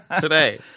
Today